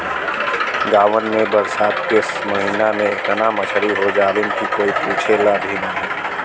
गांवन में बरसात के महिना में एतना मछरी हो जालीन की कोई पूछला भी नाहीं